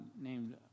named